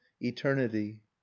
eternity